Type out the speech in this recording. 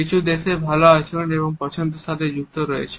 কিছু দেশে ভালো আচরণ এবং পছন্দের সাথে যুক্ত রয়েছে